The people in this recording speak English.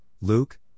Luke